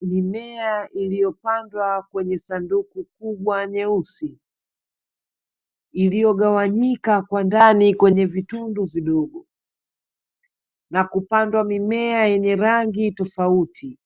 Mimea iliyopandwa kwenye sanduku kubwa nyeusi, iliyogawanyika kwa ndani kwenye vitundu vidogo. Na kupandwa mimea yenye rangi tofauti,